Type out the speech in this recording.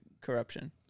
corruption